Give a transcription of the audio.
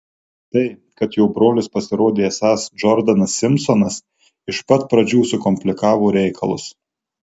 tai kad jo brolis pasirodė esąs džordanas simpsonas iš pat pradžių sukomplikavo reikalus